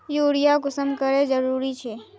Urea कुंसम करे जरूरी छै?